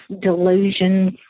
delusions